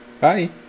bye